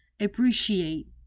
appreciate